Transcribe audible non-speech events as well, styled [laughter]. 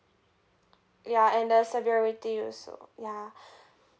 ya and the severity also ya [breath]